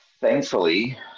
Thankfully